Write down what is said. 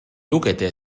lukete